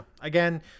again